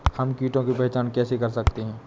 हम कीटों की पहचान कैसे कर सकते हैं?